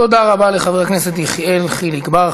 תודה רבה לחבר הכנסת יחיאל חיליק בר.